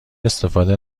استفاده